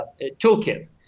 toolkit